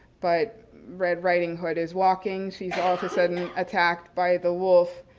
but red riding hood is walking, she's all of a sudden attacked by the wolf,